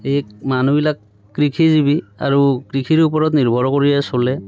এই মানুহবিলাক কৃষিজীৱি আৰু কৃষিৰ ওপৰত নিৰ্ভৰ কৰিয়ে চলে